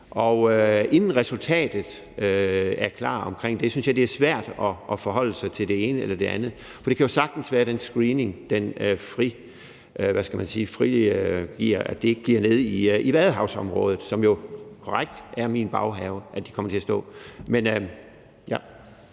Inden resultatet omkring det er klar, synes jeg det er svært at forholde sig til det ene eller det andet. For det kan sagtens være, at den screening frigiver, at det ikke bliver nede i Vadehavsområdet – som jo, korrekt, er min baghave – de kommer til at stå.